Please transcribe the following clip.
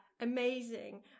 amazing